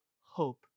hope